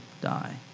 die